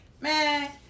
man